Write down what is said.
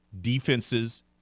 defenses